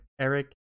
Eric